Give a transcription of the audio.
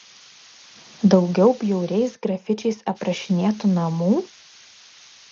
daugiau bjauriais grafičiais aprašinėtų namų